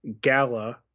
gala